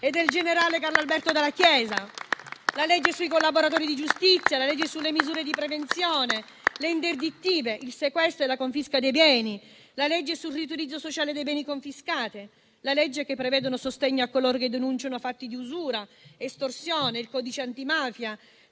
e del generale Carlo Alberto Dalla Chiesa. Vi sono poi la legge sui collaboratori di giustizia, la legge sulle misure di prevenzione, le interdittive, il sequestro e la confisca dei beni, la legge sul riutilizzo sociale dei beni confiscati, la legge che prevede il sostegno a coloro che denunciano fatti di usura, estorsione; vi sono il codice antimafia,